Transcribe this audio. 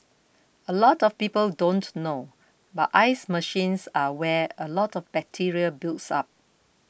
a lot of people don't know but ice machines are where a lot of bacteria builds up